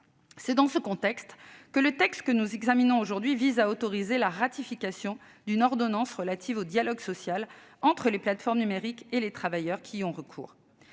? Dans ce contexte, le texte que nous examinons aujourd'hui vise à autoriser la ratification d'une ordonnance relative au dialogue social entre les plateformes numériques et les travailleurs qui y ont recours.